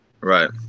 Right